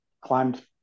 climbed